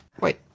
wait